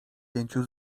pięciu